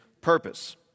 purpose